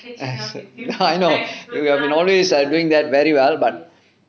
I know you are always doing that very well but